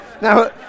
Now